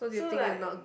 so like